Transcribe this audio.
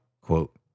quote